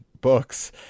books